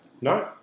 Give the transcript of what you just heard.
No